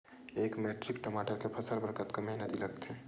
एक मैट्रिक टमाटर के फसल बर कतका मेहनती लगथे?